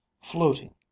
floating